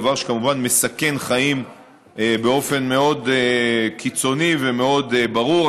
דבר שכמובן מסכן חיים באופן מאוד קיצוני ומאוד ברור.